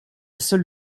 seule